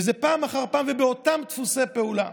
וזה פעם אחר פעם ובאותם דפוסי פעולה.